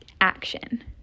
action